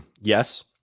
yes